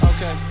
Okay